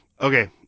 Okay